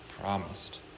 promised